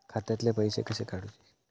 खात्यातले पैसे कसे काडूचे?